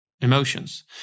emotions